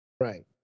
Right